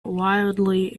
wildly